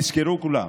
תזכרו כולם